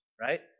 right